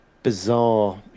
bizarre